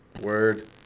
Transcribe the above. Word